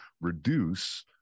reduce